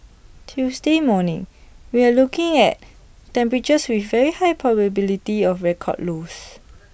Tuesday morning we're looking at temperatures with very high probability of record lows